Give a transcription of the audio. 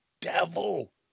devil